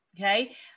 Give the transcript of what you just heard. okay